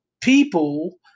people